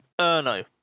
Erno